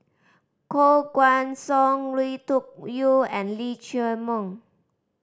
Koh Guan Song Lui Tuck Yew and Lee Chiaw Meng